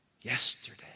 Yesterday